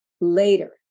later